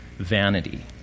vanity